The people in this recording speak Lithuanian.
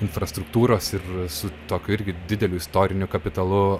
infrastruktūros ir su tokiu irgi dideliu istoriniu kapitalu